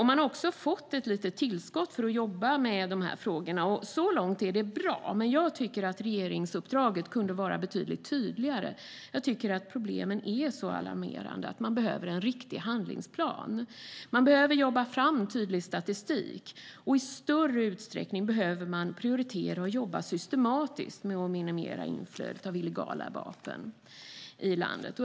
Man har också fått ett litet tillskott för att jobba med dessa frågor. Så långt är det bra, men jag tycker att regeringsuppdraget kunde vara betydligt tydligare. Jag tycker att problemen är så alarmerande att man behöver en riktig handlingsplan. Man behöver jobba fram en tydlig statistik, och man behöver i större utsträckning prioritera och jobba systematiskt med att minimera inflödet av illegala vapen i landet.